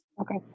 Okay